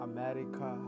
America